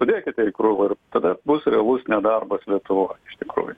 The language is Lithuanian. sudėkite į krūvą tada bus realus nedarbas lietuvoj iš tikrųjų